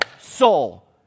soul